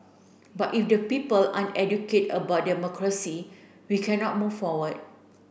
but if the people aren't educate about democracy we cannot move forward